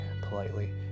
politely